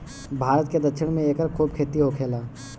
भारत के दक्षिण में एकर खूब खेती होखेला